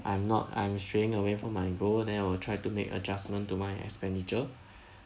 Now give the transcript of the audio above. I'm not I'm straying away from my goal then I will try to make adjustments to my expenditure